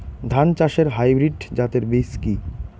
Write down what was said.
ধান চাষের হাইব্রিড জাতের বীজ কি?